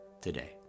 today